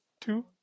two